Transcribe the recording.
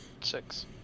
six